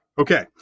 Okay